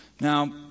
Now